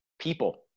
people